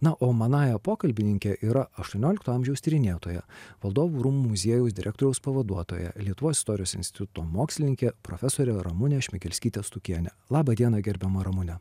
na o manąja pokalbininke yra aštuoniolikto amžiaus tyrinėtoja valdovų rūmų muziejaus direktoriaus pavaduotoja lietuvos istorijos instituto mokslininkė profesorė ramunė šmigelskytė stukienė labą dieną gerbiama ramune